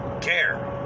care